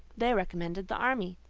they recommended the army.